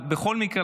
בכל מקרה,